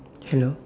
hello